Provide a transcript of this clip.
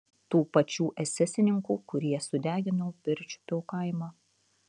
tų pačių esesininkų kurie sudegino pirčiupio kaimą